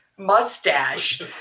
mustache